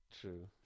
True